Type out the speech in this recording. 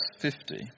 50